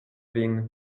vin